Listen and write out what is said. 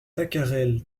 tacarel